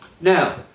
Now